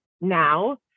now